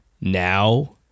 now